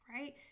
right